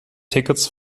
tickets